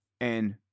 And-